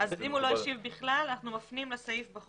אם הוא לא השיב בכלל, אנחנו מפנים לסעיף בחוק.